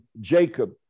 Jacob